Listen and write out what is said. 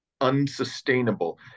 unsustainable